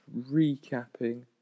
recapping